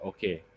Okay